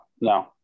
No